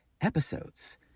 episodes